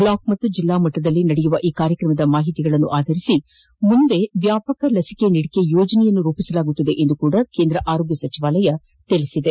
block ಮತ್ತು ಜಿಲ್ಲಾ ಮಟ್ಟದಲ್ಲಿ ನಡೆಯಲಿರುವ ಈ ಕಾರ್ಯಕ್ರಮದ ಮಾಹಿತಿಗಳನ್ನು ಆಧರಿಸಿ ಮುಂದೆ ವ್ಯಾಪಕ ಲಸಿಕೆ ನೀಡಿಕೆ ಯೋಜನೆಯನ್ನು ರೂಪಿಸಲಾಗುವುದು ಎಂದೂ ಸಹ ಕೇಂದ್ರ ಆರೋಗ್ಯ ಸಚಿವಾಲಯ ತಿಳಿಸಿದೆ